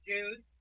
Dude